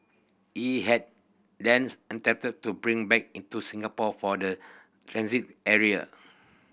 he had then attempted to bring back in to Singapore from the transit area